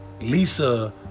Lisa